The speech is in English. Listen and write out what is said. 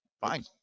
Fine